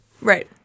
Right